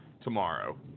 tomorrow